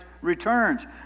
returns